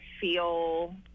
feel